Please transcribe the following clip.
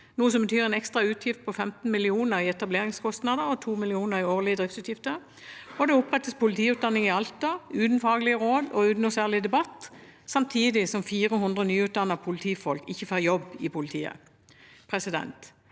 noe som betyr en ekstra utgift på 15 mill. kr i etableringskostnader og 2 mill. kr i årlige driftsutgifter. Det opprettes politiutdanning i Alta, uten faglige råd og uten noe særlig debatt, samtidig som 400 nyutdannede politifolk ikke får jobb i politiet.